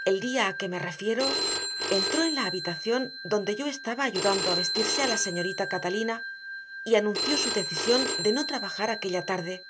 el día a que me refiero entró en la habitación donde yo estaba ayudando a vestirse a la señorita catalina y anunció su decisión de no trabajar aquella tarde